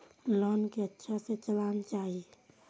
Loan के अच्छा से चलाना चाहि?